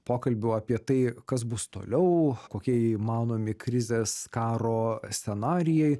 pokalbių apie tai kas bus toliau kokie įmanomi krizės karo scenarijai